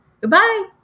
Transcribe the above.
Goodbye